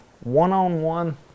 one-on-one